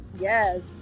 Yes